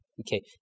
Okay